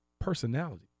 personality